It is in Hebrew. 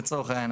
לצורך העניין.